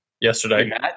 yesterday